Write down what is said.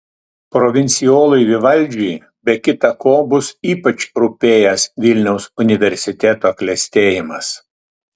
provincijolui vivaldžiui be kita ko bus ypač rūpėjęs vilniaus universiteto klestėjimas